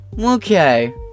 Okay